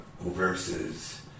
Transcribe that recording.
versus